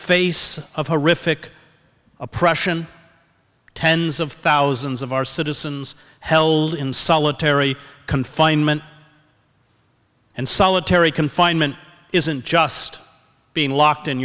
face of horrific oppression tens of thousands of our citizens held in solitary confinement and solitary confinement isn't just being locked in